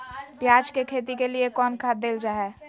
प्याज के खेती के लिए कौन खाद देल जा हाय?